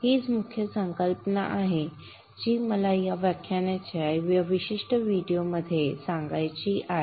हीच मुख्य संकल्पना आहे जी मला व्याख्यानाच्या या विशिष्ट व्हिडिओमध्ये सांगायची आहे